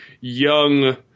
young